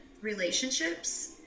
relationships